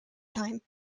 time